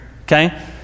okay